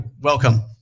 welcome